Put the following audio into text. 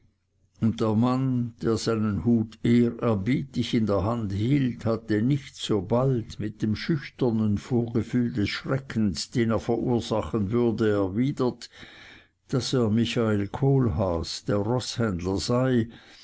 der mann der seinen hut ehrerbietig in der hand hielt hatte nicht sobald mit dem schüchternen vorgefühl des schreckens den er verursachen würde erwidert daß er michael kohlhaas der